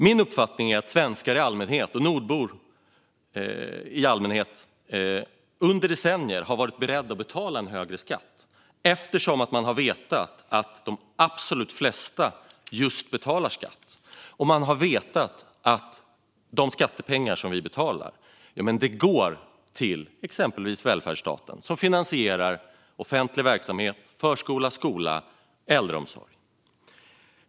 Min uppfattning är att svenskar och nordbor i allmänhet under decennier har varit beredda att betala en högre skatt eftersom vi vet att de absolut flesta betalar skatt och att skattepengarna som vi betalar går till exempelvis välfärdsstaten, som finansierar offentlig verksamhet som förskola, skola och äldreomsorg.